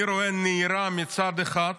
אני רואה נהירה מצד אחד,